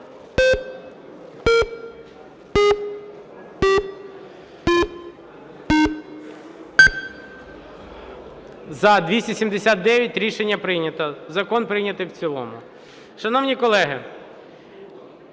За-279 Рішення прийнято. Закон прийнятий в цілому.